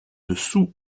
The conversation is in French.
dessous